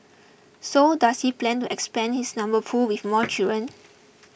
so does he plan to expand his number pool with more children